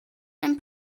ein